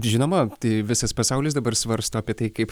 žinoma tai visas pasaulis dabar svarsto apie tai kaip